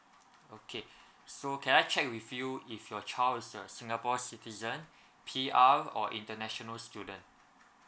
okay so can I check with you if your child is a singapore citizen P R or international student